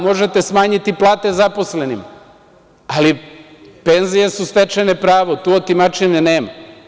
Možete smanjiti plate zaposlenima, ali penzije su stečene pravo i tu otimačine nema.